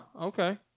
Okay